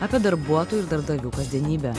apie darbuotojų ir darbdavių kasdienybę